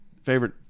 Favorite